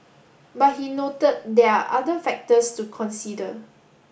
but he noted there are other factors to consider